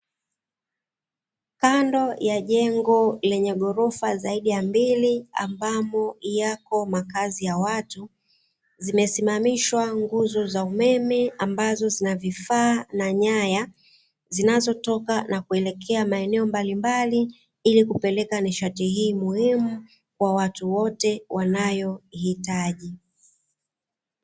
kando ya jengo lenye ghorofa zaidi ya mbili, ambamo yako makazi ya watu, zimesimamishwa nguzo za umeme ambazo zinavifaa na nyaya zinazotoka na kuelekea maeneo mbalimbali ili kupeleka nishati hii muhimu kwa watu wote wanaohitaji .